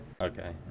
Okay